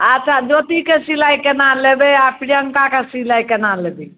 अच्छा ज्योतिके सिलाइ केना लेबै आ प्रियङ्काके सिलाइ केना लेबै